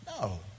No